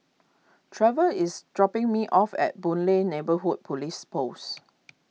Trevor is dropping me off at Boon Lay Neighbourhood Police Post